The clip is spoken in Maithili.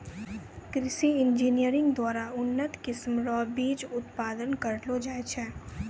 कृषि इंजीनियरिंग द्वारा उन्नत किस्म रो बीज उत्पादन करलो जाय छै